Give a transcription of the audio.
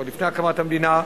עוד לפני הקמת המדינה,